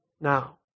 now